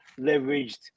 leveraged